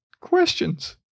questions